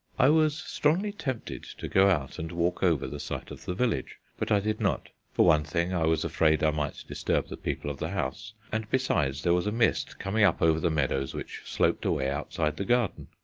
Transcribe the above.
i was strongly tempted to go out and walk over the site of the village, but i did not. for one thing i was afraid i might disturb the people of the house, and besides there was a mist coming up over the meadows which sloped away outside the garden.